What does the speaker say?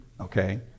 Okay